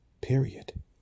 Period